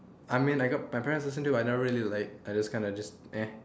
I mean I got my parents listen to I never really like I just kinda just